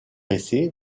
essai